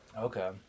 Okay